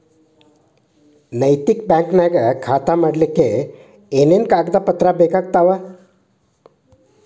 ನೈತಿಕ ಬ್ಯಾಂಕ ನ್ಯಾಗ್ ಖಾತಾ ಮಾಡ್ಲಿಕ್ಕೆ ಏನೇನ್ ಡಾಕುಮೆನ್ಟ್ ಗಳು ಬೇಕಾಗ್ತಾವ?